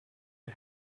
you